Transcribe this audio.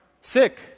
sick